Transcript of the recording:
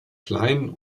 klein